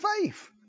faith